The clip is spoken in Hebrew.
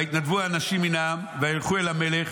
ויתנדבו אנשים מן העם וילכו אל המלך,